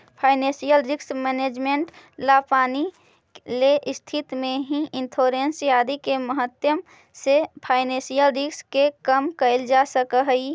financial risk management ला पानी ले स्थिति में भी इंश्योरेंस आदि के माध्यम से फाइनेंशियल रिस्क के कम कैल जा सकऽ हई